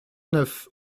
neuf